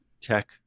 tech